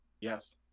yes